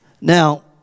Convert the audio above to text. Now